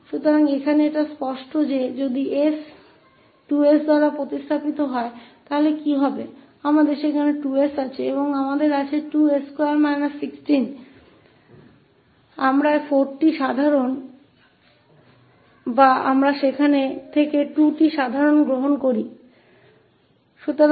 तो यहाँ यह स्पष्ट है कि यदि s को 2𝑠 से बदल दिया जाए तो क्या होगा हमारे पास 2𝑠 है और हमारे पास 2 16 है हम 4 उभयनिष्ठ लेते हैं या हम वहां से 2 उभयनिष्ठ लेते हैं